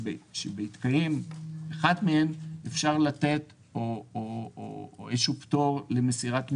שבהתקיים אחת מהן אפשר לתת איזשהו פטור ממסירת מידע.